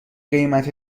قیمت